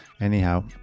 anyhow